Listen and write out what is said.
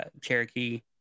Cherokee